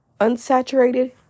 Unsaturated